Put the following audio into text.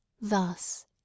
Thus